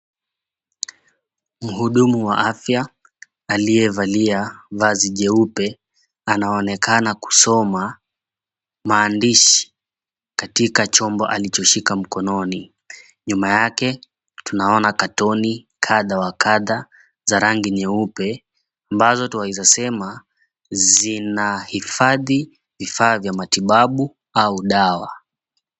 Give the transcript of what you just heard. Mhudumu wa afya aliyevalia vazi jeupe anaonekana kusoma maandishi katika chombo alichoshika mkononi. Nyuma yake tunaona cartoon kadhaa wa kadhaa za rangi nyeupe ambazo twaweza sema zinahifadhi vifaa vya matibabu au dawa.